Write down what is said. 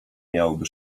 miałyby